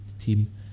team